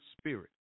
spirit